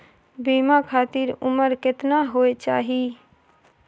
बीमा खातिर उमर केतना होय चाही?